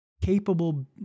capable